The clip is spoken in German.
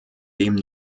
dem